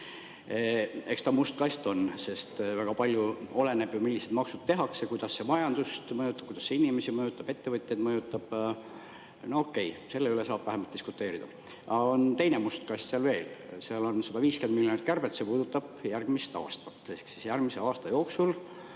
üks must kast on, sest väga palju oleneb sellest, millised maksud tehakse, kuidas see majandust mõjutab, kuidas inimesi mõjutab, kuidas ettevõtjaid mõjutab. No okei, selle üle saab vähemalt diskuteerida. On aga teine must kast veel. Seal on 150 miljonit kärbet, mis puudutab järgmist aastat.